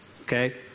okay